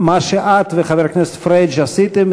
מה שאת וחבר הכנסת פריג' עשיתם,